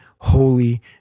holy